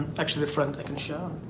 actually the front i can show.